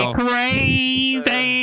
crazy